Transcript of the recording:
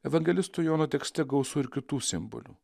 evangelisto jono tekste gausu ir kitų simbolių